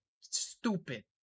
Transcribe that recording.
Stupid